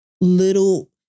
little